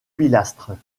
pilastres